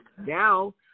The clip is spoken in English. now